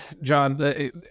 John